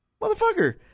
Motherfucker